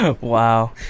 Wow